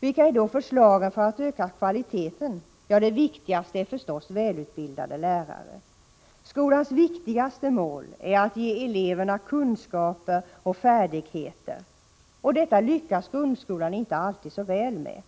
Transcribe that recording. Vilka är då förslagen för att öka kvaliteten? Det viktigaste är förstås välutbildade lärare. Skolans viktigaste mål är att ge eleverna kunskaper och färdigheter. Detta lyckas grundskolan inte alltid så bra med.